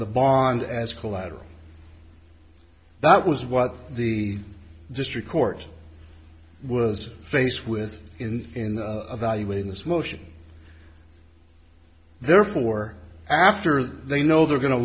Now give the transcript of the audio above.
the bond as collateral that was what the district court i was faced with in the in the evaluating this motion therefore after they know they're go